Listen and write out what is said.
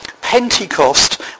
Pentecost